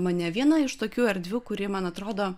mane viena iš tokių erdvių kuri man atrodo